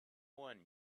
one